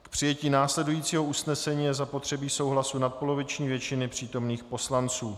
K přijetí následujícího usnesení je zapotřebí souhlasu nadpoloviční většiny přítomných poslanců.